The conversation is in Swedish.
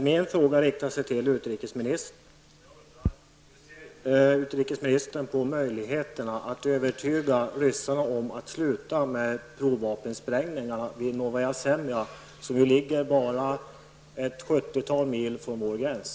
Herr talman! Hur ser utrikesministern på möjligheterna att övertyga ryssarna om att de bör sluta med provsprängningarna vid Novaja Zemlja, som ju ligger bara ett 70-tal mil från vår gräns?